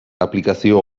aplikazio